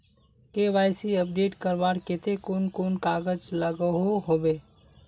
KYC update करवार केते कुन कुन कागज लागोहो होबे?